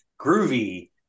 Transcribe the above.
Groovy